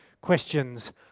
questions